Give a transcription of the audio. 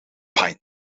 binding